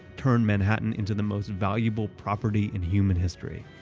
turned manhattan into the most valuable property in human history.